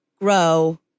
grow